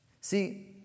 See